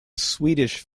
swedish